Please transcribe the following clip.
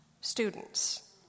students